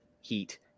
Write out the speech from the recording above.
heat